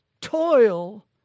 toil